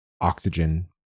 Oxygen